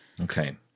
Okay